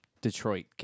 detroit